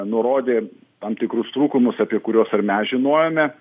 nurodė tam tikrus trūkumus apie kuriuos ir mes žinojome